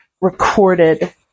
recorded